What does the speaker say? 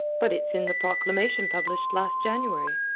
but it's in the proclamation published last january.